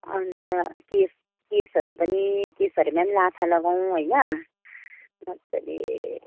अन्त केश केशहरू पनि केशहरूमा पनि लाछा लगाउँ होइन मजाले